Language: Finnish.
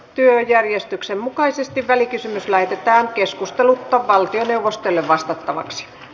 työjärjestyksen mukaisesti välikysymys lähetettiin keskustelutta valtioneuvostolle vastattavaksi